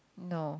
no